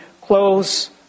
close